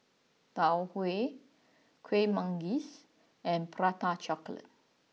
Tau Huay Kuih Manggis and Prata Chocolate